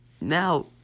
Now